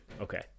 okay